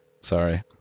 Sorry